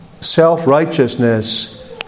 self-righteousness